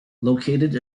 located